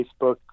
Facebook